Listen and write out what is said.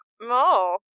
No